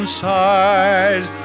sighs